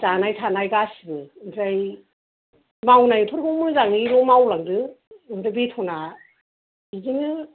जानाय थानाय गासिबो ओमफ्राय मावनायफोरखौ मोजाङैल' मावलांदो ओमफ्राय बेट'ना बिदिनो